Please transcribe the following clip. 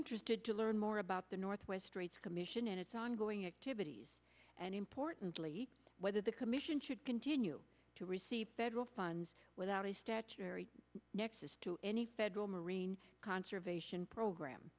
interested to learn more about the northwest straits commission and its ongoing activities and importantly whether the commission should continue to receive federal funds without a statuary nexus to any federal marine conservation program